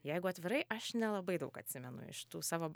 jeigu atvirai aš nelabai daug atsimenu iš tų savo